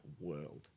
world